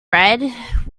red